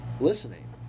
listening